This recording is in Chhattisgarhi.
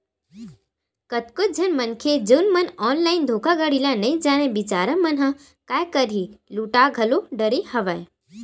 कतको झन मनखे जउन मन ऑनलाइन धोखाघड़ी ल नइ जानय बिचारा मन ह काय करही लूटा घलो डरे हवय